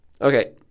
Okay